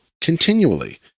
continually